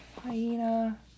Hyena